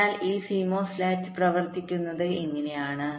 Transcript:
അതിനാൽ ഈ CMOS latch പ്രവർത്തിക്കുന്നത് ഇങ്ങനെയാണ്